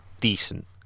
decent